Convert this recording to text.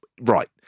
Right